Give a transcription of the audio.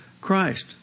Christ